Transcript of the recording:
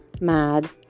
mad